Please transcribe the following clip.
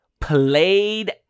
played